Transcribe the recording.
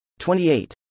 28